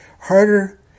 harder